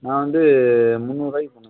நான் வந்து முந்நூறுரூவாய்க்கு பண்ணுவேன்